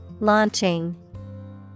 Launching